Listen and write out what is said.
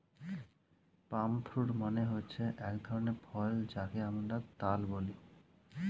পাম fruit মানে হচ্ছে এক ধরনের ফল যাকে আমরা তাল বলি